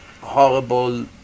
horrible